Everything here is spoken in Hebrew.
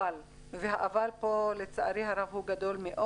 אבל, וה-אבל כאן לצערי הרב הוא גדול מאוד.